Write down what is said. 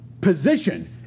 position